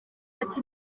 ati